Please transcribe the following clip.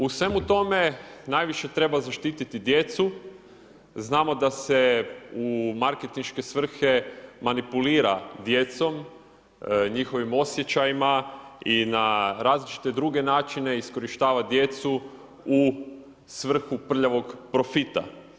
U svemu tome najviše treba zaštititi djecu, znamo da se u marketinške svrhe manipulira djecom, njihovim osjećajima i na različite druge načine iskorištava djecu u svrhu prljavog profita.